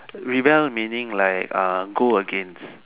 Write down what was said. rebel meaning like ah go against